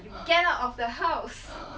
that's